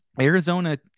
Arizona